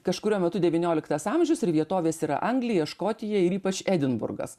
kažkuriuo metu devynioliktas amžius ir vietovės yra anglija škotija ir ypač edinburgas